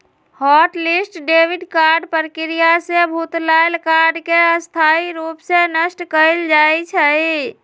hot list debit card प्रक्रिया से भुतलायल कार्ड के स्थाई रूप से नष्ट कएल जाइ छइ